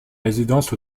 résidence